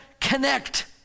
connect